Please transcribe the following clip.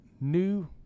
new